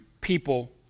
people